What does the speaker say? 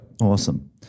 Awesome